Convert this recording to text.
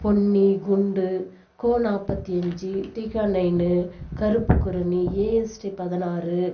பொன்னி குண்டு கோ நாற்பத்தி அஞ்சு டீகா நயனு கருப்பு குறுனி ஏஎஸ்டி பதினாறு